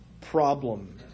problem